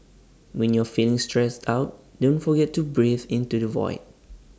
when you are feeling stressed out don't forget to breathe into the void